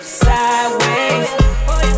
sideways